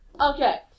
Okay